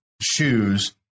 shoes